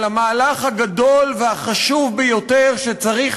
על המהלך הגדול והחשוב ביותר שצריך